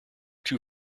two